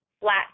flat